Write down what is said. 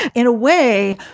in a way.